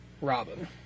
Robin